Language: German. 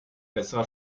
besserer